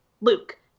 Luke